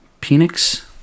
Penix